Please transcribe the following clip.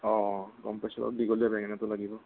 অঁ অঁ গম পাইছোঁ অলপ দীঘলীয়া বেঙেনাটো লাগিব